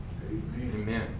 Amen